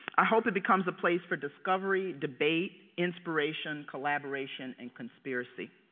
i hope it becomes a place for discovery, debate, inspiration, collaboration, and conspiracy.